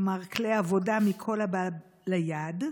כלומר, כלי עבודה מכל הבא ליד,